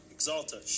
Exalta